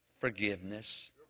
forgiveness